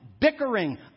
bickering